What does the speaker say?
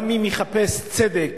גם אם יחפש צדק